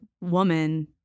woman